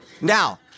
Now